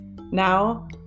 Now